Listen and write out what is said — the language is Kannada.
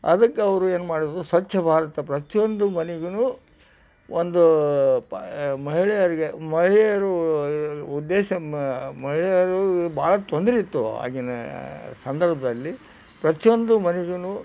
ಅದಕ್ಕವರು ಏನು ಮಾಡಿದ್ರು ಸ್ವಚ್ಛ ಭಾರತ ಪ್ರತಿಯೊಂದು ಮನೆಗೂ ಒಂದು ಪಾ ಮಹಿಳೆಯರಿಗೆ ಮಹಿಳೆಯರು ಉದ್ದೇಶ ಮಹಿಳೆಯರು ಭಾಳ ತೊಂದರೆಯಿತ್ತು ಆಗಿನ ಸಂದರ್ಭದಲ್ಲಿ ಪ್ರತಿಯೊಂದು ಮನೆಗೂ